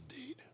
indeed